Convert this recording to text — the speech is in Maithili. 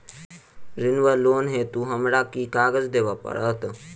ऋण वा लोन हेतु हमरा केँ कागज देबै पड़त?